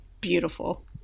beautiful